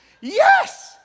Yes